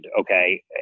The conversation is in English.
okay